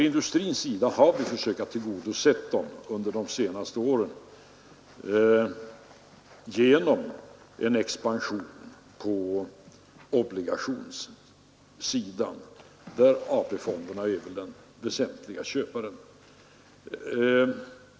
Industrin har vi under de senaste åren försökt tillgodose genom en expansion på obligationssidan, där AP fonderna är den väsentliga köparen.